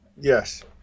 Yes